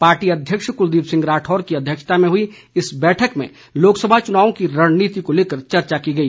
party अध्यक्ष कुलदीप सिंह राठौर की अध्यक्षता में हुई इस बैठक में लोकसभा चुनाव की रणनीति को लेकर चर्चा की गई